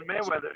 Mayweather